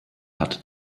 hat